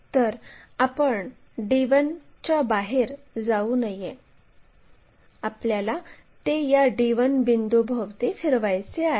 तर आपण d1 च्या बाहेर जाऊ नये आपल्याला ते या d1 बिंदूभोवती फिरवायचे आहे